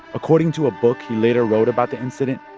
according to a book he later wrote about the incident,